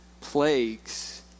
plagues